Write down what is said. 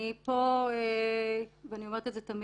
אני פה ואני אומרת את זה תמיד,